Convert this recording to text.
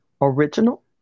original